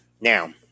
now